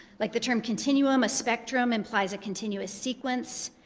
like the term continuum, a spectrum implies a continuous sequence.